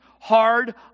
hard